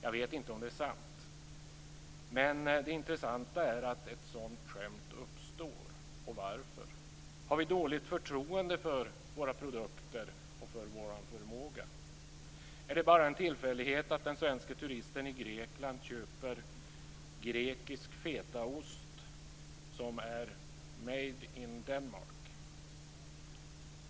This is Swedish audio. Jag vet inte om det är sant, men det intressanta är att ett sådant skämt uppstår och varför det uppstår. Har vi dåligt förtroende för våra produkter och vår förmåga? Är det bara en tillfällighet att den svenska turisten i Grekland köper grekisk fetaost som är made in Denmark?